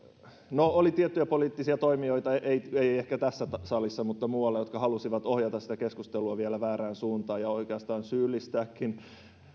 no oli tiettyjä poliittisia toimijoita ei ehkä tässä salissa mutta muualla jotka halusivat ohjata sitä keskustelua vielä väärään suuntaan ja oikeastaan syyllistääkin